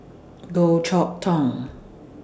Goh Chok Tong